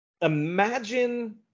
imagine